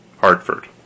Hartford